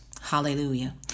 hallelujah